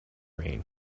rain